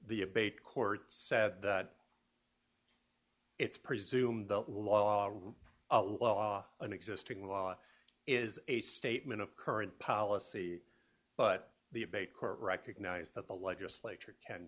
the abate court said that it's presumed the law a law an existing law is a statement of current policy but the abate court recognized that the legislature can